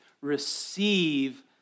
receive